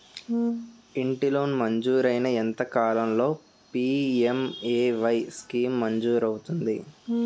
ఇంటి లోన్ మంజూరైన ఎంత కాలంలో పి.ఎం.ఎ.వై స్కీమ్ మంజూరు అవుతుంది?